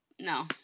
no